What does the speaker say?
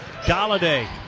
Galladay